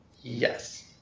Yes